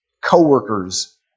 co-workers